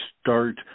start